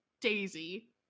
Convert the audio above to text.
Daisy